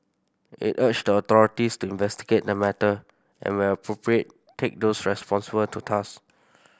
it urged the authorities to investigate the matter and where appropriate take those responsible to task